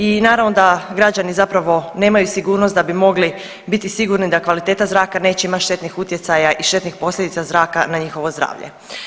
I naravno da građani zapravo nemaju sigurnost da bi mogli biti sigurni da kvaliteta zraka neće imat štetnih utjecaja i štetnih posljedica zraka na njihovo zdravlje.